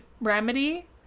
remedy